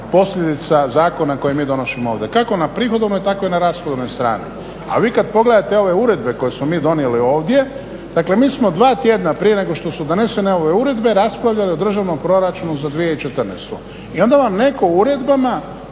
posljedica zakona koje mi donosimo ovdje kako na prihodovnoj tako i na rashodovnoj strani. A vi kad pogledate ove uredbe koje smo mi donijeli ovdje, dakle mi smo dva tjedna prije nego što su donesene ove uredbe raspravljali o Državnom proračunu za 2014. godinu. I onda vam netko uredbama